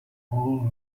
all